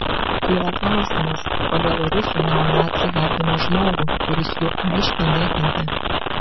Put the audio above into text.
kyla klausimas kodėl rusų neonaciai garbina žmogų kuris jų aiškiai nekentė